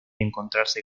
encontrarse